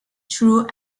true